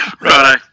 Right